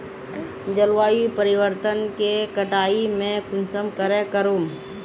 जलवायु परिवर्तन के कटाई में कुंसम करे करूम?